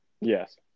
Yes